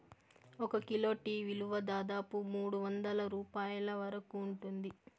ఒక kilo tea విలువ దాదాపు మూడువందల రూపాయల వరకు ఉంటుంది